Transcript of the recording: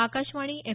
Akashvani F